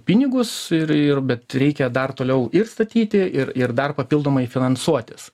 pinigus ir ir bet reikia dar toliau ir statyti ir ir dar papildomai finansuotis